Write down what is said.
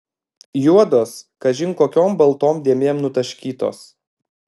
juodos kažin kokiom baltom dėmėm nutaškytos